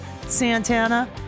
Santana